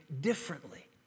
differently